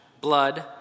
blood